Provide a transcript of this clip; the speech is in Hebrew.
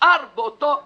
נשאר באותה יציבות.